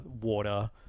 water